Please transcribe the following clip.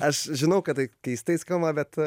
aš žinau kad tai keistai skamba bet